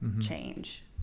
change